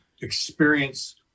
experience